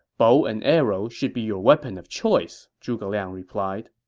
bow and arrow should be your weapon of choice, zhuge liang replied.